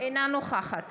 אינה נוכחת